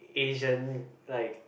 Asian like